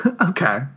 Okay